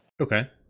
Okay